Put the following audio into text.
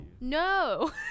no